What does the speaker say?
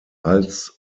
als